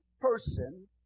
person